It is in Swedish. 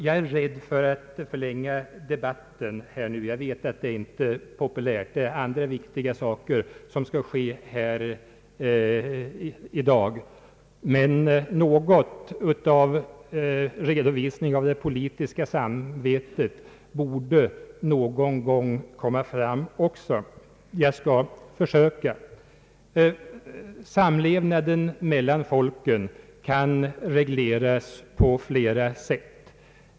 Jag är rädd för att förlänga debatten — jag vet att det inte är populärt, andra viktiga saker skall avgöras i dag — men något av en redovisning av det politiska samvetet borde också någon gång få komma fram. Jag skall försöka. Samlevnaden mellan folken kan regleras på flera sätt.